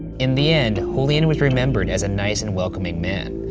in the end, julian was remembered as a nice and welcoming man,